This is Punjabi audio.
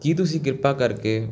ਕੀ ਤੁਸੀਂ ਕਿਰਪਾ ਕਰਕੇ